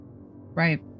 Right